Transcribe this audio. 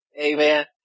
Amen